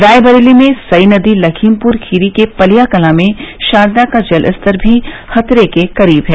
रायबरेली में सई नदी लखीमपुर खीरी के पलियाकलां में शारदा का जल स्तर भी खतरे के करीब है